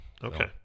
Okay